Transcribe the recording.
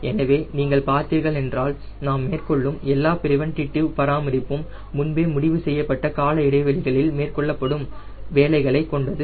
எனவே நீங்கள் பார்த்தீர்கள் என்றால் நாம் மேற்கொள்ளும் எல்லா பிரிவண்டிடிவ் பராமரிப்பும் முன்பே முடிவு செய்யப்பட்ட கால இடைவெளிகளில் மேற்கொள்ளப்படும் வேலைகளை கொண்டது